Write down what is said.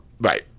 Right